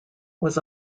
was